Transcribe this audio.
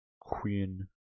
Queen